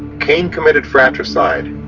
cain committed fratricide.